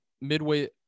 midway